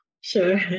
sure